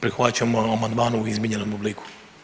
Prihvaćamo amandman u izmijenjenom obliku.